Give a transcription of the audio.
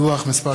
דוח מס'